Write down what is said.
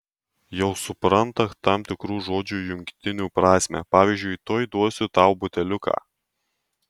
jau supranta tam tikrų žodžių jungtinių prasmę pavyzdžiui tuoj duosiu tau buteliuką